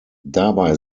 dabei